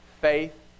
Faith